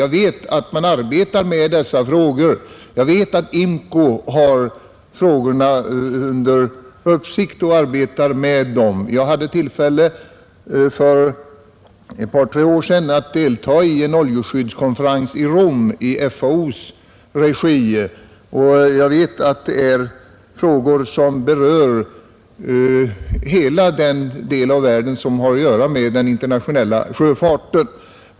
Jag vet att man arbetar med dessa frågor — bl.a. har man dem under uppsikt i IMCO. Jag hade tillfälle att för ett par tre år sedan delta i en oljeskyddskonferens i Rom i FAO:s regi, och jag vet att det är frågor som berör hela den del av världen som har att göra med den internationella sjöfarten.